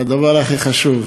והדבר הכי חשוב: